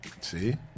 See